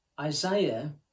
Isaiah